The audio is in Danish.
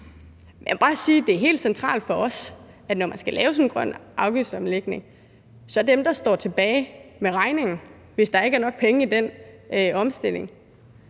er helt centralt for os, at når man skal lave sådan en grøn afgiftsomlægning, så er dem, der står tilbage med regningen, hvis der ikke er nok penge i den omstilling,